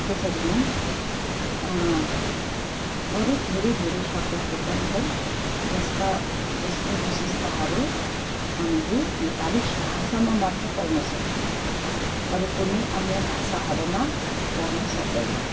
त्यसरी नै अरू धेरै धेरै शब्दहरू पनि छन् जसका जसको विशेषताहरू हामीले नेपाली भाषामा मात्र पाउन सक्छौँ अरू कुनै अन्य भाषाहरूमा पाउन सक्दैनौँ